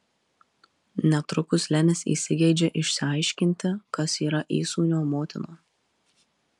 netrukus lenis įsigeidžia išsiaiškinti kas yra įsūnio motina